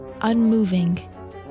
unmoving